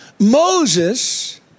Moses